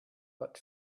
but